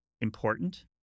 important